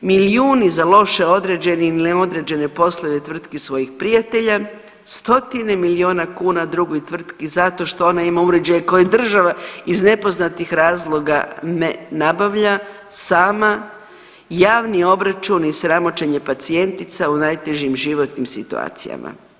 milijuni za loše odrađene ili ne odrađene poslove tvrtki svojih prijatelja, stotine miliona kuna drugoj tvrtki zato što ona ima uređaje koje država iz nepoznatih razloga ne nabavlja sama, javni obračun i sramoćenje pacijentica u najtežim životnim situacijama.